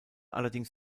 allerdings